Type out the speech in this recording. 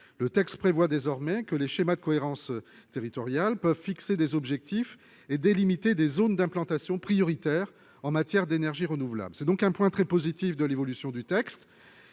Le texte prévoit désormais que les schémas de cohérence territoriale peuvent fixer des objectifs et délimiter des zones d'implantation prioritaires en matière d'énergies renouvelables. C'est un point très positif de l'évolution du texte,